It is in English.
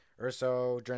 Urso